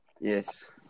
Yes